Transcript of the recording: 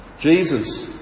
Jesus